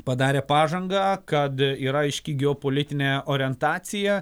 padarė pažangą kad yra aiški geopolitinė orientacija